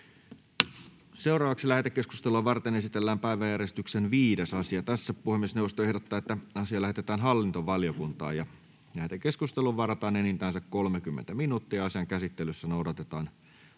Content: Lähetekeskustelua varten esitellään päiväjärjestyksen 4. asia. Puhemiesneuvosto ehdottaa, että asia lähetetään työelämä- ja tasa-arvovaliokuntaan. Lähetekeskusteluun varataan enintään se 30 minuuttia. Asian käsittelyssä noudatetaan